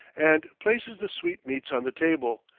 and places the sweetmeats on the table,